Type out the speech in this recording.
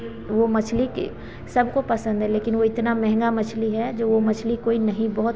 वह मछली की सबको पसंद है लेकिन वह इतना महँगा मछली है कि वह मछली कोई नहीं बहुत